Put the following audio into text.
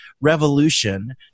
revolution